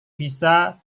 bisa